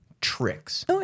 tricks